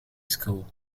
school